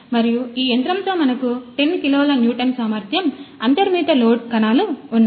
మరియు ఈ యంత్రంతో మనకు 10 కిలోల న్యూటన్ సామర్థ్యం అంతర్నిర్మిత లోడ్ కణాలు ఉన్నాయి